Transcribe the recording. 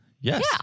Yes